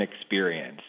experience